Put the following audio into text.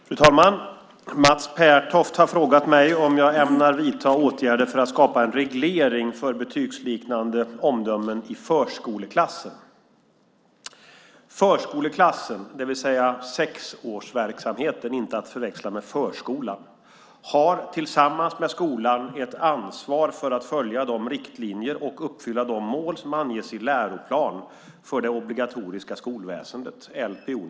Fru talman! Mats Pertoft har frågat mig om jag ämnar vidta åtgärder för att skapa en reglering för betygsliknande omdömen i förskoleklassen. Förskoleklassen - det vill säga sexårsverksamheten, inte att förväxla med förskola - har, tillsammans med skolan, ett ansvar för att följa de riktlinjer och uppfylla de mål som anges i Läroplan för det obligatoriska skolväsendet .